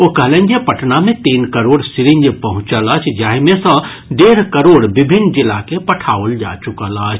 ओ कहलनि जे पटना मे तीन करोड़ सिरिंज पहुंचल अछि जाहि मे सँ डेढ़ करोड़ विभिन्न जिला के पठाओल जा चुकल अछि